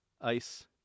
ice